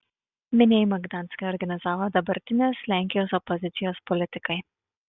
minėjimą gdanske organizavo dabartinės lenkijos opozicijos politikai